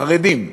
חרדים: